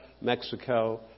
Mexico